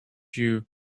you